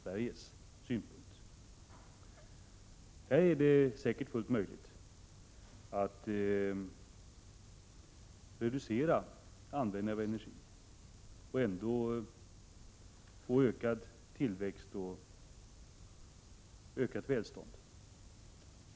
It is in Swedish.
Här är det säkert fullt möjligt att reducera användning av energi och ändå få ökad tillväxt och ökat välstånd.